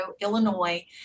illinois